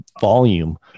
volume